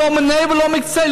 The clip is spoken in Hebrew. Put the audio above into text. לא מיניה ולא מקצתיה.